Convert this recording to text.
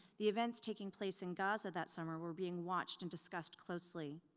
the events taking place in gaza that summer were being watched and discussed closely.